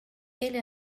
ele